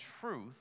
truth